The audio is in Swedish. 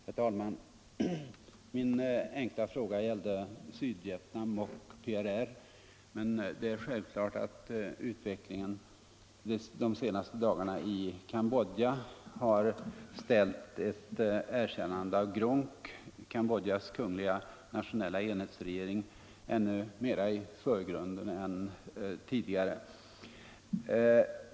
Herr talman! Min enkla fråga gällde Sydvietnam och PRR, men det är självklart att utvecklingen under de senaste dagarna i Cambodja har ställt ett erkännande av GRUNC, Cambodjas kungliga nationella enhetsregering, ännu mera i förgrunden än tidigare.